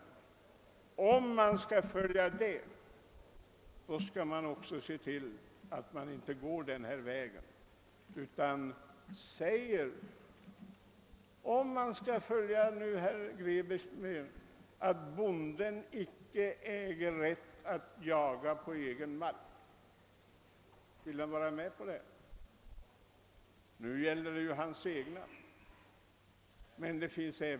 Om man vill följa de rättsreglerna bör man inte gå den här föreslagna vägen. Om jag påpekar att om förslaget innebär att bonden inte äger rätt att jaga på egen mark, vill herr Grebäck då vara med om att bifalla förslaget?